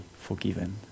forgiven